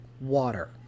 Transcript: water